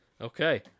Okay